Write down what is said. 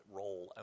role